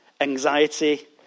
anxiety